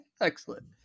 Excellent